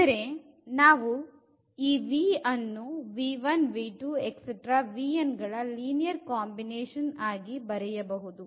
ಅಂದರೆ ನಾವು v ಅನ್ನು ಗಳ ಲೀನಿಯರ್ ಕಾಂಬಿನೇಶನ್ ಆಗಿ ಬರೆಯಬಹುದು